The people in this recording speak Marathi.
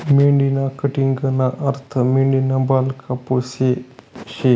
मेंढीनी कटिंगना अर्थ मेंढीना बाल कापाशे शे